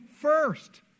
first